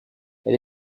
elle